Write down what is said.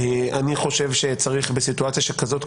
אני חושב שצריך בסיטואציה שכזאת,